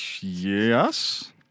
Yes